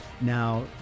Now